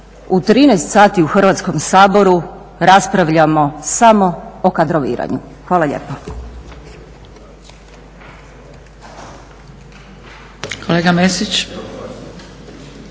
u 13h u Hrvatskom saboru raspravljamo samo o kadroviranju. Hvala lijepa.